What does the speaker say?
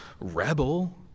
rebel